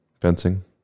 Fencing